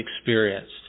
experienced